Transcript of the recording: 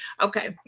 okay